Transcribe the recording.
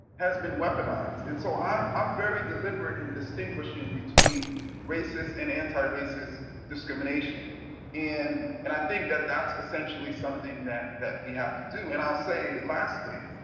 has been weaponized and so i'm i'm very deliberate and distinguished in between racists and anti-racist discrimination and i think that that's essentially something that that we have to do. and i'll say lastly,